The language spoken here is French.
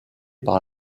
par